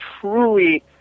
truly